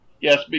Yes